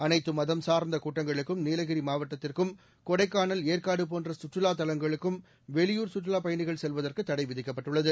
அனைத்து மதம் சார்ந்த கூட்டங்களுக்கும் நீலகிரி மாவட்டத்திற்கும் கொடைக்கானல் ஏற்காடு போன்ற சுற்றுலாத் தலங்களுக்கும் வெளியூர் சுற்றுலாப் பயணிகள் செல்வதற்கு தடை விதிக்கப்பட்டுள்ளது